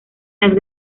las